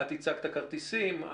את הצגת את הכרטיסים.